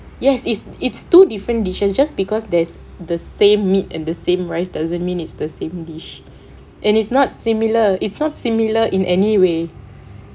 yes it's it's two different dishes just because there's the same meat and the same rice doesn't mean it's the same dish and is not similar it's not similar in any way